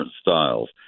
styles